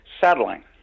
settling